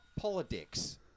Politics